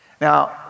Now